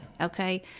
Okay